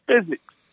physics